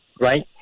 right